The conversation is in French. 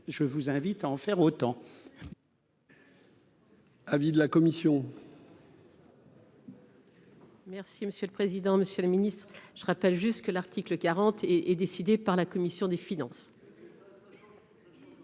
je vous invite à en faire autant.